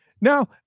now